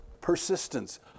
persistence